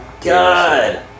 God